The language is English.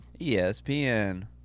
espn